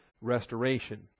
restoration